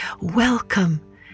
Welcome